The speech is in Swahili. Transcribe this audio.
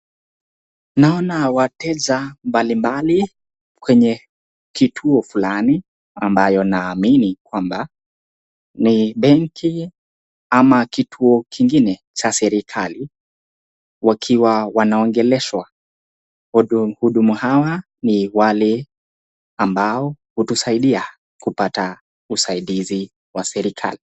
Naona wateja mbalimbali kwenye kituo flani ambayo naamini kwamba, ni benki ama kituo kingine cha serikali wakiwa wanaongeleshwa, wahudumu hawa ni wale ambao hutusaidia kupata usaidizi wa serikali.